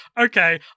Okay